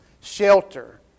Shelter